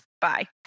Bye